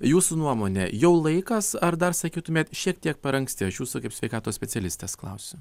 jūsų nuomone jau laikas ar dar sakytumėt šiek tiek per anksti aš jūsų kaip sveikatos specialistės klausiu